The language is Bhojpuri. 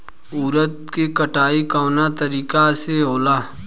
उरद के कटाई कवना तरीका से होला?